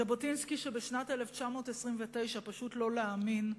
ז'בוטינסקי שבשנת 1929, פשוט לא להאמין,